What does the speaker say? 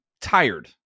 tired